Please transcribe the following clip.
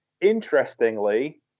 Interestingly